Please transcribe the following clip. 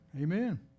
Amen